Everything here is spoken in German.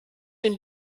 den